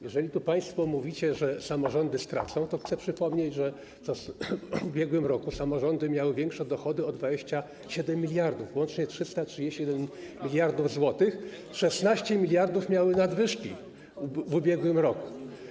Jeżeli państwo mówicie, że samorządy stracą, to chcę przypomnieć, że w ubiegłym roku samorządy miały dochody większe o 27 mld, łącznie 331 mld zł, 16 mld miały nadwyżki w ubiegłym roku.